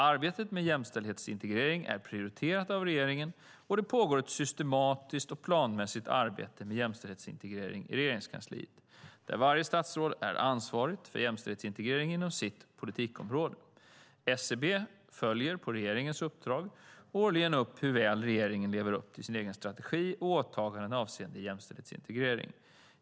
Arbetet med jämställdhetsintegrering är prioriterat av regeringen, och det pågår ett systematiskt och planmässigt arbete med jämställdhetsintegrering i Regeringskansliet där varje statsråd är ansvarig för jämställdhetsintegrering inom sitt politikområde. SCB följer, på regeringens uppdrag, årligen upp hur väl regeringen lever upp till sin egen strategi och åtaganden avseende jämställdhetsintegrering.